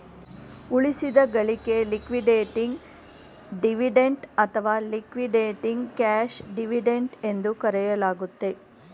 ಉಳಿಸಿದ ಗಳಿಕೆ liquidating dividend ಅಥವಾ ಲಿಕ್ವಿಡೇಟಿಂಗ್ ಕ್ಯಾಶ್ ಡಿವಿಡೆಂಡ್ ಎಂದು ಕರೆಯಲಾಗುತ್ತೆ